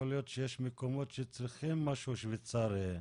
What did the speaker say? יכול להיות שיש מקומות שצריכים משהו שוויצרי,